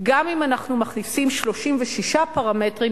גם אם אנחנו מכניסים 36 פרמטרים,